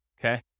Okay